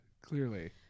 clearly